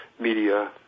media